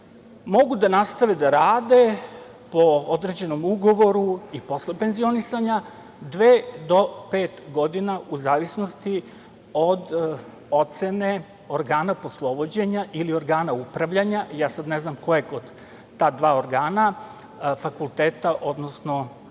mogu da nastave da rade po određenom ugovoru i posle penzionisanja dve do pet godina, u zavisnosti od ocene organa poslovođenja ili organa upravljanja, ja sad ne znam ko je od ta dva organa, fakulteta odnosno